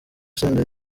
senderi